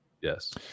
Yes